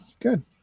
Good